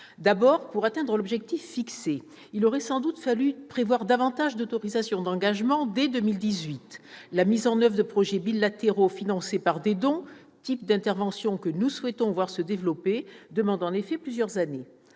D'abord, pour atteindre l'objectif fixé, il aurait sans doute fallu prévoir davantage d'autorisations d'engagement dès 2018. La mise en oeuvre de projets bilatéraux financés par des dons, type d'interventions que nous souhaitons voir se développer, demande en effet plusieurs années.